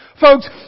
Folks